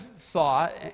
thought